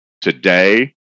today